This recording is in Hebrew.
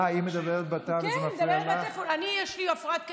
והיא, יש לה טלפון.